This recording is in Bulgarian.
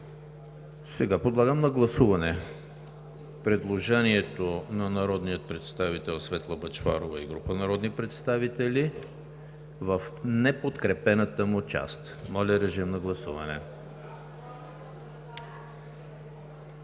приема. Подлагам на гласуване предложението на народния представител Светла Бъчварова и група народни представители в неподкрепената му част. Гласували